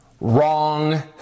Wrong